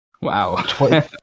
Wow